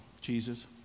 Jesus